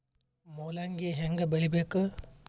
ಮೂಲಂಗಿ ಹ್ಯಾಂಗ ಬೆಳಿಬೇಕು?